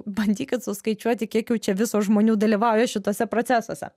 bandykit suskaičiuoti kiek jau čia viso žmonių dalyvauja šituose procesuose